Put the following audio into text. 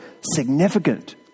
significant